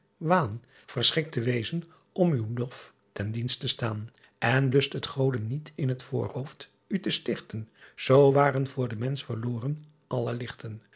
te wezen om uw lof ten dienst te staan n lust het ode niet in t voorhooft u te stichten oo waren voor den mensch verlooren alle lichten